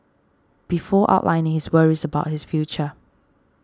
before outlining his worries about his future